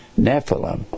Nephilim